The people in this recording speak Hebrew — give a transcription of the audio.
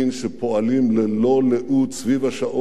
שפועלים ללא לאות סביב השעון,